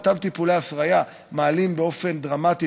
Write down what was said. אותם טיפולי הפריה מעלים באופן דרמטי